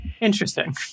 Interesting